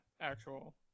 actual